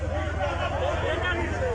ראינו כאן מגוון של